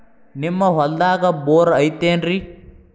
ನಿಮ್ಮ ಹೊಲ್ದಾಗ ಬೋರ್ ಐತೇನ್ರಿ?